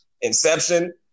Inception